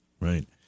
Right